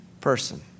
person